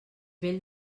vell